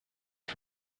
for